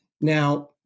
Now